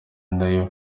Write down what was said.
nayo